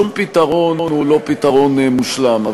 שום פתרון הוא לא פתרון מושלם.